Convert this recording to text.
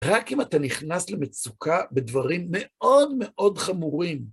רק אם אתה נכנס למצוקה בדברים מאוד מאוד חמורים.